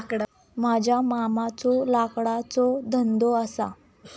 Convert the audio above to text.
माझ्या मामाचो लाकडाचो धंदो असा